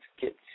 get